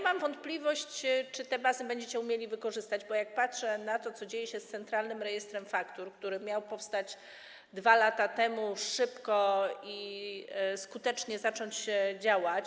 Mam wątpliwość, czy będziecie umieli wykorzystać te bazy, bo jak patrzę na to, co dzieje się z centralnym rejestrem faktur, który miał powstać 2 lata temu, szybko i skutecznie zacząć działać.